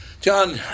John